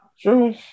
True